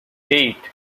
eight